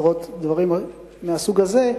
מייצרות דברים מהסוג הזה,